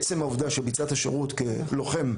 עצם העובדה שביצעת שירות כלוחם,